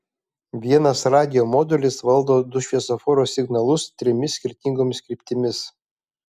vienas radijo modulis valdo du šviesoforo signalus trimis skirtingomis kryptimis